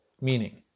meaning